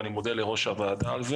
ואני מודה ליושב-ראש הוועדה על כך.